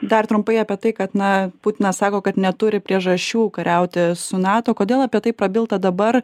dar trumpai apie tai kad na putinas sako kad neturi priežasčių kariauti su nato kodėl apie tai prabilta dabar